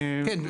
כן,